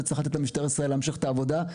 וצריך לתת למשטרת ישראל להמשיך את העבודה.